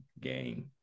game